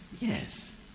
yes